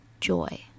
joy